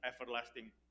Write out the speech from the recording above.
everlasting